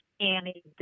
Annie